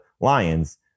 Lions